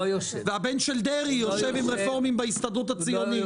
והבן של דרעי יושב עם רפורמים בהסתדרות הציונית.